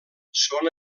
són